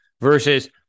Versus